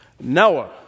Noah